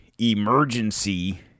emergency